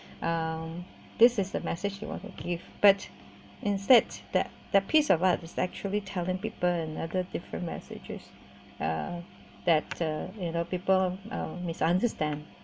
um this is the message you want to give but instead that that piece of art was actually telling people in other different messages uh that uh you know people uh misunderstand